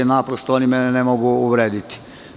Naprosto, oni mene ne mogu uvrediti.